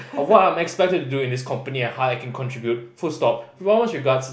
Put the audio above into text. of what I am expected to do in this company and how I can contribute full stop with formest regards